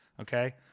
Okay